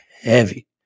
heavy